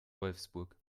wolfsburg